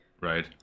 Right